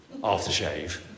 aftershave